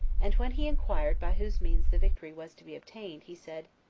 and when he inquired by whose means the victory was to be obtained, he said,